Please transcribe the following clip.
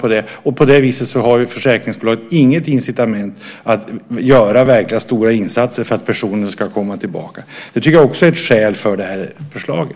På det viset har försäkringsbolagen inget incitament att göra verkligt stora insatser för att personen ska komma tillbaka. Det är också ett skäl för förslaget.